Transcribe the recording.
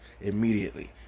immediately